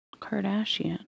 Kardashian